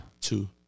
Two